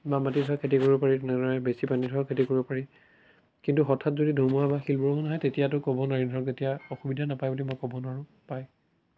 বাম মাটি ধৰক খেতি কৰিব পাৰি তেনেদৰে বেছি পানীত ধৰক খেতি কৰিব পাৰি কিন্তু হঠাৎ যদি ধুমুহা বা শিল বৰষুণ হয় তেতিয়াতো ক'ব নোৱাৰি ধৰক তেতিয়া অসুবিধা নাপায় বুলি মই ক'ব নোৱাৰোঁ পায়